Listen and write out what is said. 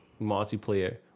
multiplayer